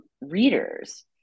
readers